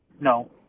No